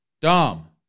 Dumb